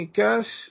cash